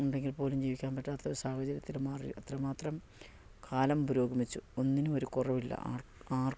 ഉണ്ടെങ്കിൽ പോലും ജീവിക്കാൻ പറ്റാത്ത ഒരു സാഹചര്യത്തിൽ മാറി അത്രമാത്രം കാലം പുരോഗമിച്ചു ഒന്നിനും ഒരു കുറവില്ല ആർക്കും